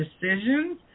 decisions